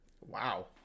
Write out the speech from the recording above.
Wow